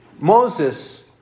Moses